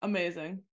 Amazing